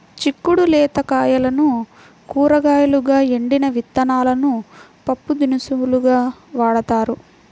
చిక్కుడు లేత కాయలను కూరగాయలుగా, ఎండిన విత్తనాలను పప్పుదినుసులుగా వాడతారు